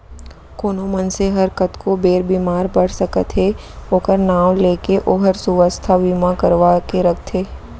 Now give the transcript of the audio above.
कोनो मनसे हर कतको बेर बीमार पड़ सकत हे ओकर नांव ले के ओहर सुवास्थ बीमा करवा के राखथे